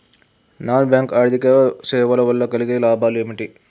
Non bank ఆర్థిక సేవల వల్ల కలిగే లాభాలు ఏమిటి?